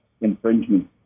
infringement